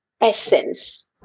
essence